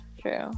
true